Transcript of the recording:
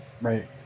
right